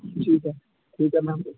ठीक है ठीक है मैम